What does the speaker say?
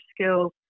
skill